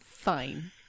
Fine